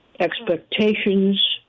expectations